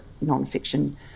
non-fiction